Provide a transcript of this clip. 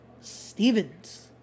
Stevens